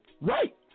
Right